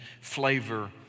flavor